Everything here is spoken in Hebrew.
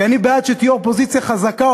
כי אני בעד שתהיה אופוזיציה חזקה,